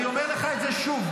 אני אומר לך את זה שוב,